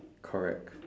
correct